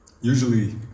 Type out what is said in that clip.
Usually